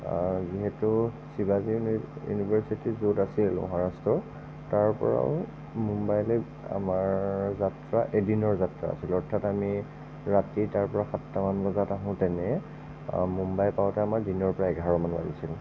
যিহেতু শিৱাজী uni university য'ত আছিল মহাৰাষ্ট্ৰৰ তাৰ পৰাও মুম্বাইলৈ আমাৰ যাত্ৰা এদিনৰ যাত্ৰা আছিল অৰ্থাৎ আমি ৰাতি তাৰ পৰা সাতটামান বজাত আহোঁ ট্ৰেইনেৰে মুম্বাই পাওঁতে আমাৰ দিনৰ প্ৰায় এঘাৰমান বাজিছিল